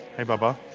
hi, bubba.